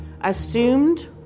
assumed